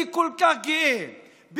אני כל כך גאה באחדותה,